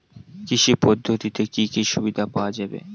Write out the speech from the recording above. কৃষি পদ্ধতিতে কি কি সুবিধা পাওয়া যাবে?